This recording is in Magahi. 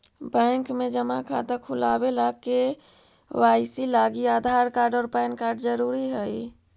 बैंक में जमा खाता खुलावे ला के.वाइ.सी लागी आधार कार्ड और पैन कार्ड ज़रूरी हई